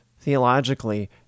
theologically